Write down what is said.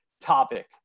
topic